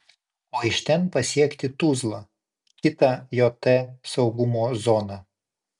o iš ten pasiekti tuzlą kitą jt saugumo zoną